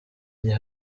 gihe